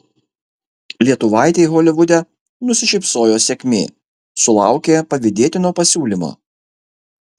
lietuvaitei holivude nusišypsojo sėkmė sulaukė pavydėtino pasiūlymo